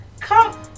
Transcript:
Come